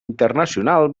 internacional